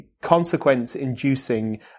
consequence-inducing